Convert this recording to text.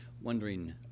wondering